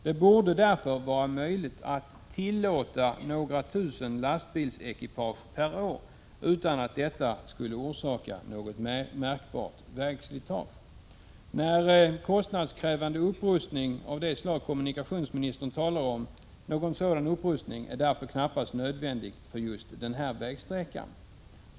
Det borde därför vara möjligt att tillåta några tusen lastbilsekipage per år utan att detta skulle orsaka något märkbart vägslitage. Någon kostnadskrävande upprustning av det slag kommunikationsministern talar om är knappast nödvändig för just den här vägsträckan.